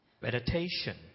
Meditation